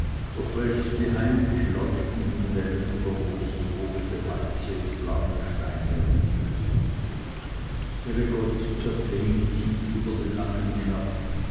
durch welches die heimlich leuchtenden wellen über rosenrote weiße und blaue steine rieselten ihre goldzöpfe hingen tief über den nacken hinab